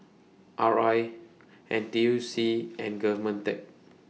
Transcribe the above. R I N T U C and Govmentech